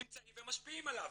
נמצאים ומשפיעים עליו.